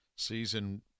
Season